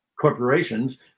corporations